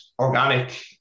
organic